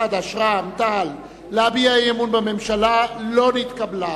חד"ש ורע"ם-תע"ל להביע אי-אמון בממשלה לא נתקבלה.